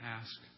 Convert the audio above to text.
ask